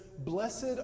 Blessed